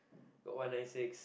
got one nine six